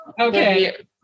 okay